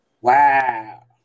Wow